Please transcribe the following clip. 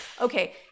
okay